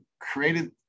created